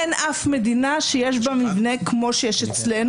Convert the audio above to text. אין אף מדינה שיש בה מבנה כמו שיש אצלנו.